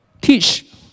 teach